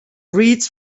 reads